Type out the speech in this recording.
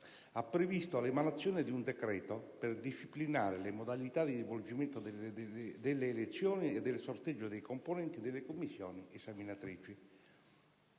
ha previsto l'emanazione di un decreto per disciplinare le modalità di svolgimento delle elezioni e del sorteggio dei componenti delle commissioni esaminatrici.